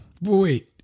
Wait